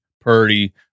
Purdy